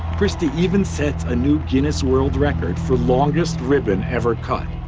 christie even sets a new guinness world record for longest ribbon ever cut.